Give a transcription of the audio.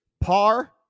par